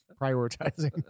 prioritizing